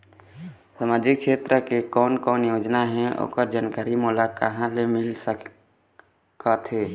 सामाजिक क्षेत्र के कोन कोन योजना हे ओकर जानकारी मोला कहा ले मिल सका थे?